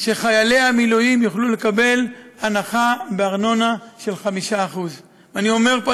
שחיילי המילואים יוכלו לקבל הנחה בארנונה של 5%. אני אומר פה,